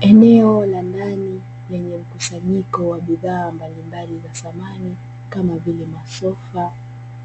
Eneo la ndani lenye mkusanyiko wa bidhaa mbalimbali za samani, kama vile: masofa,